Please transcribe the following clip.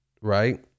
Right